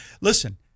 Listen